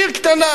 עיר קטנה,